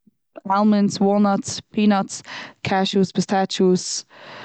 עלמענדס, וואלנאטס, פינאטס, קעשוס, פעסטעטשוס,